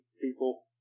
people